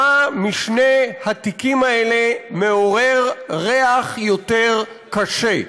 איזה משני התיקים האלה מעורר ריח יותר קשה.